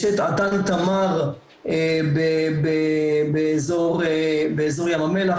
יש את אט"ן תמר באזור ים המלח,